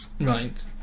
Right